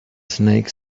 snake